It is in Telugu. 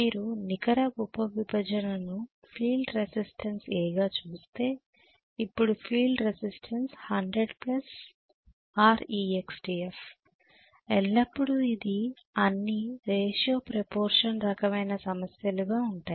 మీరు నికర ఉప విభజనను ఫీల్డ్ రెసిస్టన్స్ A గా చూస్తే ఇప్పుడు ఫీల్డ్ రెసిస్టన్స్ 100Rextf ఎల్లప్పుడూ ఇది అన్ని రేటియో ప్రొపోర్ట్సన్ రకమైన సమస్యలుగా ఉంటాయి